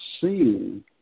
seeing